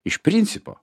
iš principo